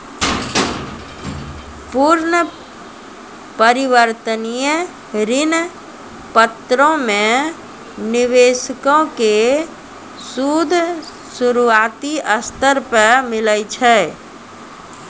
पूर्ण परिवर्तनीय ऋण पत्रो मे निवेशको के सूद शुरुआती स्तर पे मिलै छै